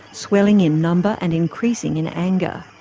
swelling in number and increasing in anger.